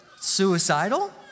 suicidal